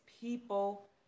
people